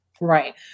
Right